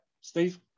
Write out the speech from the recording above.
Steve